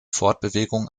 fortbewegung